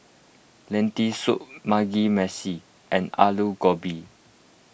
Lentil Soup Mugi Meshi and Alu Gobi